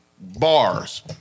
bars